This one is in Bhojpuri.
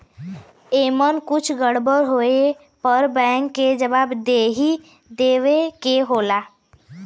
एमन कुछ गड़बड़ होए पे बैंक के जवाबदेही देवे के होला